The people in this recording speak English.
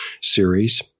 series